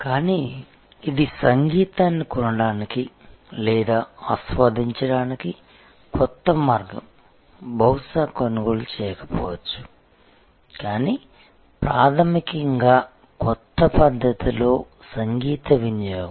కానీ ఇది సంగీతాన్ని కొనడానికి లేదా ఆస్వాదించడానికి కొత్త మార్గం బహుశా కొనుగోలు చేయకపోవచ్చు కానీ ప్రాథమికంగా కొత్త పద్ధతిలో సంగీత వినియోగం